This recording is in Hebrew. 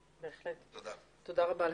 בהחלט, תודה רבה לך.